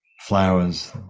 flowers